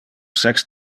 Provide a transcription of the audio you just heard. sex